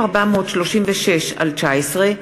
התשע"ג 2013,